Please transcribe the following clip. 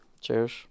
Cheers